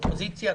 אופוזיציה,